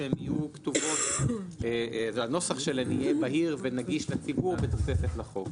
שהן יהיו כתובות והנוסח שלהן יהיה בהיר ונגיש לציבור בתוספת לחוק.